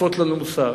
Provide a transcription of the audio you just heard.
מטיפות לנו מוסר.